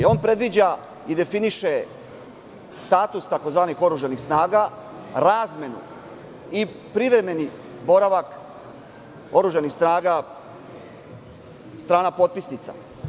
On predlaže i definiše status tzv. oružanih snaga, razmenu i privremeni boravak oružanih snaga strana potpisnica.